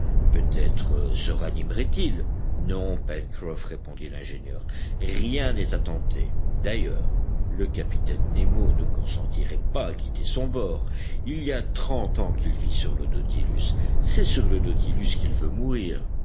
peut-être se ranimerait il non pencroff répondit l'ingénieur rien n'est à tenter d'ailleurs le capitaine nemo ne consentirait pas à quitter son bord il y a trente ans qu'il vit sur le nautilus c'est sur le nautilus qu'il veut mourir